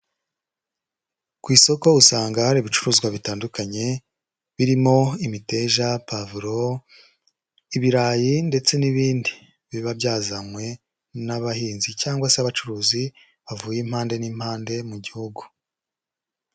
Ku isoko usanga hari ibicuruzwa bitandukanye, birimo imiteja, pavuro, ibirayi ndetse n'ibindi biba byazanywe n'abahinzi cyangwa se abacuruzi, bavuye impande n'impande mu gihugu.